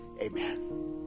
Amen